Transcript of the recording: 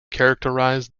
characterize